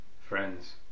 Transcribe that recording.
Friends